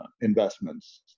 investments